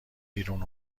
بیرون